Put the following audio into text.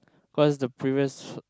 cause the previous